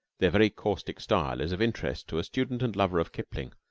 their very caustic style is of interest to a student and lover of kipling,